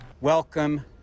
Welcome